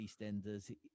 eastenders